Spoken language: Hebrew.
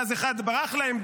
ואז אחד ברח להם,